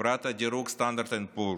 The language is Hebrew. חברת הדירוג Standard and Poor’s,